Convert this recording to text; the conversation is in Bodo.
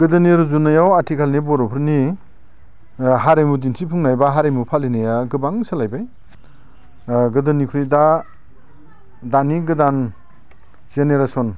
गोदोनि रुजुनायाव आथिखालनि बर'फोरनि ओ हारिमु दिन्थिफुंनाय बा हारिमु फालिनाया गोबां सोलायबाय ओ गोदोनिख्रुइ दा दानि गोदान जेनेरेसन